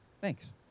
thanks